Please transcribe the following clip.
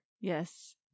Yes